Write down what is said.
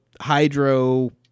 Hydro